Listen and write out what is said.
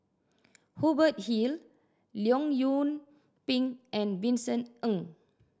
Hubert Hill Leong Yoon Pin and Vincent Ng